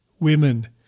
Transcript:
women